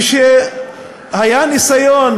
כשהיה ניסיון